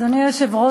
אדוני היושב-ראש,